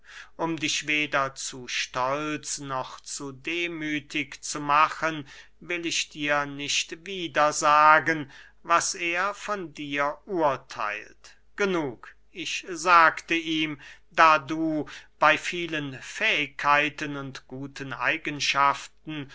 um dich weder zu stolz noch zu demüthig zu machen will ich dir nicht wieder sagen was er von dir urtheilt genug ich sagte ihm da du bey vielen fähigkeiten und guten eigenschaften